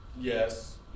yes